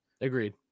Agreed